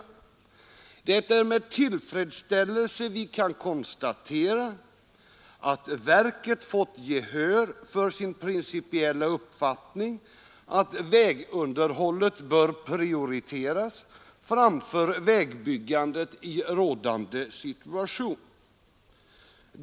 Det är med tillfredsställelse vi kan konstatera att verket fått gehör för sin principiella uppfattning att vägunderhållet bör prioriteras framför vägbyggandet i rådande situation.